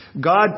God